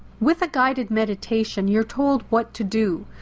with a guided meditation, you're told what to do,